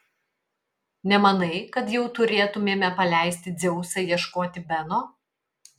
nemanai kad jau turėtumėme paleisti dzeusą ieškoti beno